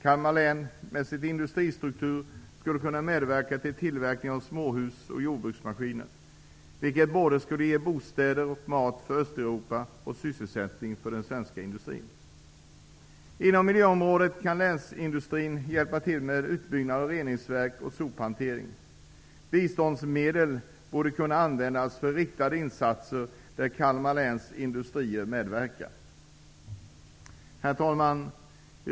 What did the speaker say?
Kalmar län med sin industristruktur skulle kunna medverka med tillverkning av småhus och jordbruksmaskiner, vilket både skulle ge bostäder och mat för Östeuropa och sysselsättning för den svenska industrin. Inom miljöområdet kan länsindustrin hjälpa till med utbyggnaden av reningsverk och sophantering. Biståndsmedel borde kunna användas för riktade insatser där Kalmar läns industrier medverkar. Herr talman!